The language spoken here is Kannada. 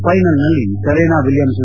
ಫೈನಲ್ನಲ್ಲಿ ಸೆರೇನಾ ವಿಲಿಯಮ್ಸ